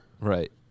Right